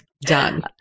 Done